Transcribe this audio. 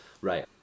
Right